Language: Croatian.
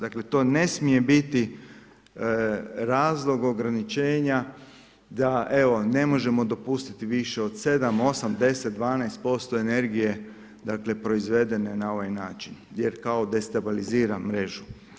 Dakle to ne smije biti razlog ograničenja da evo, ne možemo dopustiti više od 7, 8, 10, 12% energije dakle proizvedene na ovaj način jer kao destabilizira mrežu.